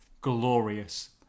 glorious